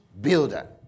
builder